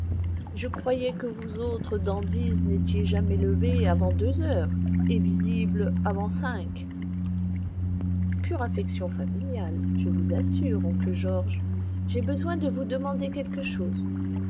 je croyais que vous autres dandies n'étiez jamais levés avant deux heures et visibles avant cinq pure affection familiale je vous assure oncle george j'ai besoin de vous demander quelque chose